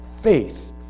faith